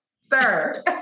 sir